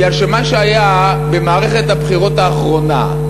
כי מה שהיה במערכת הבחירות האחרונה,